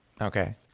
Okay